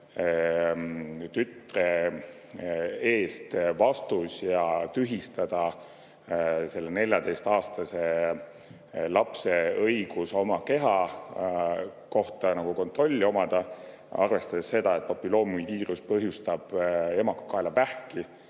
tütre eest vastus ja tühistada selle 14‑aastase lapse õigus oma keha üle kontrolli omada, arvestades seda, et papilloomiviirus põhjustab emakakaelavähki?